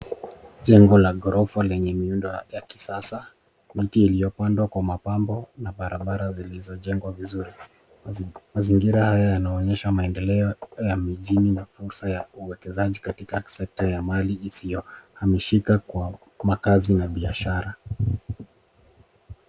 Jengo la ghorofa lenye miundo yake ya kisasa miti iliyopandwa kwa mapambo na barabara zilizojengwa vizuri. Mazingira haya yanaonyesha maendeleo ya mijini na fursa ya ukusaji mali katika sekta ya hali isiyohalisika kwa makasi na biashara.